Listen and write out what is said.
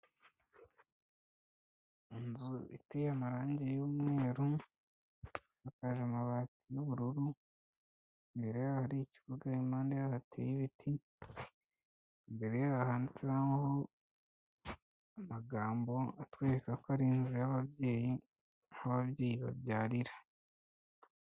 Inzu iteye amarangi y'umweru isakaje amabati y'ubururu, imbere yaho hari ikibuga, impande yaho hateye ibiti, imbere yaho handitse ho agambo atwereka ko ari inzu y'ababyeyi aho ababyeyi babyarira.